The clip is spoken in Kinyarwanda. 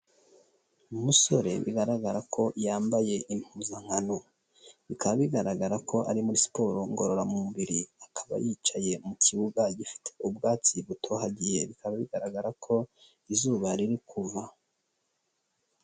Umusore bigaragara ko yambaye impuzankano, bikaba bigaragara ko ari muri siporo ngororamubiri, akaba yicaye mu kibuga gifite ubwatsi butohagiye, bikaba bigaragara ko izuba riri kuva.